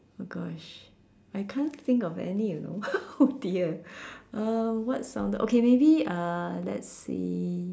oh gosh I can't think of any you know oh dear um what sounded okay maybe uh let's see